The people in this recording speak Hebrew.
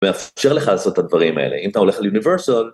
מאפשר לך לעשות את הדברים האלה, אם אתה הולך ליוניברסל.